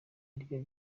aribyo